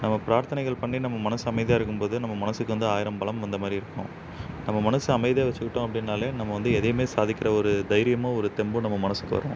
நம்ம பிரார்த்தனைகள் பண்ணி நம்ம மனது அமைதியாக இருக்கும்போது நம்ம மனதுக்கு வந்து ஆயிரம் பலம் வந்த மாதிரி இருக்கும் நம்ம மனது அமைதியாக வச்சுக்கிட்டோம் அப்படினாலே நம்ம வந்து எதையுமே சாதிக்கிற ஒரு தைரியமும் ஒரு தெம்பும் நம்ம மனதுக்கு வரும்